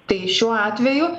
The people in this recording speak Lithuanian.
tai šiuo atveju